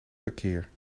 verkeer